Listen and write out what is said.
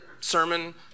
sermon